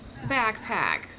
backpack